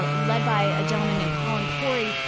ah led by a gentleman named colin khoury,